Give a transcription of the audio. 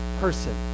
person